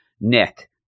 Nick